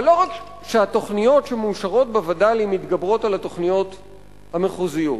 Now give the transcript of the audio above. אבל לא רק שהתוכניות שמאושרות בווד"לים מתגברות על התוכניות המחוזיות,